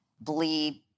bleed